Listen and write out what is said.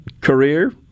career